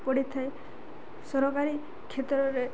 ପଡ଼ିଥାଏ ସରକାରୀ କ୍ଷେତ୍ରରେ